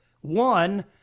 one